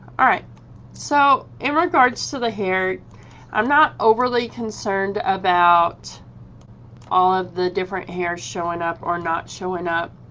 alright so in regards to the hair i'm not overly concerned about all of the different hair showing up or not showing up